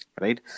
right